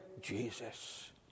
Jesus